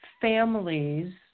families